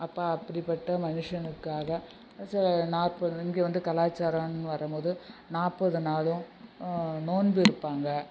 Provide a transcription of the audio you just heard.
அப்போ அப்படிப்பட்ட மனுஷனுக்காக ச நாற்பது இங்கே வந்து கலாச்சாரம்னு வரும்போது நாற்பது நாளும் நோன்பு இருப்பாங்க